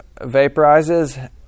vaporizes